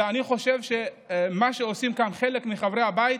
ואני חושב שמה שעושים כאן חלק מחברי הבית,